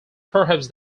perhaps